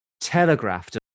telegraphed